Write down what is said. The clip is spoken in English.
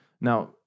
Now